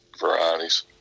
varieties